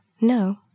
No